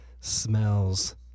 smells